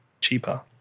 cheaper